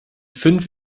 fünf